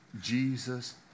Jesus